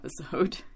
episode